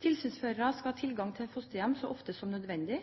Tilsynsførere skal ha tilgang til fosterhjem så ofte som nødvendig,